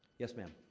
yes, ma'am?